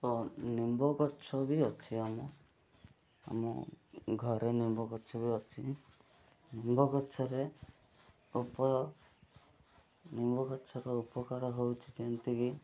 ଓ ନିମ୍ବ ଗଛ ବି ଅଛି ଆମ ଆମ ଘରେ ନିମ୍ବ ଗଛ ବି ଅଛି ନିମ୍ବ ଗଛରେ ନିମ୍ବ ଗଛର ଉପକାର ହେଉଛି ଯେମିତିକି